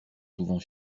souvent